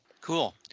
Cool